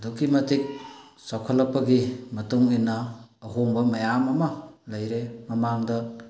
ꯑꯗꯨꯛꯀꯤ ꯃꯇꯤꯛ ꯆꯥꯎꯈꯠꯂꯛꯄꯒꯤ ꯃꯇꯨꯡ ꯏꯟꯅ ꯑꯍꯣꯡꯕ ꯃꯌꯥꯝ ꯑꯃ ꯂꯩꯔꯦ ꯃꯃꯥꯡꯗ